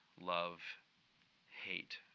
love-hate